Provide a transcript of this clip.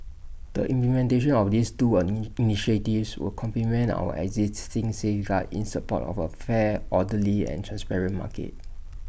the implementation of these two initiatives will complement our existing safeguards in support of A fair orderly and transparent market